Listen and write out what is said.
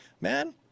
man